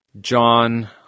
John